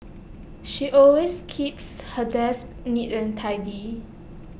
she always keeps her desk neat and tidy